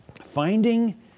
finding